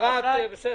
אבל יש לי הערה נוספת.